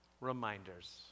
reminders